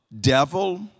devil